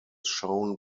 shown